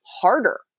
harder